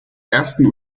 ersten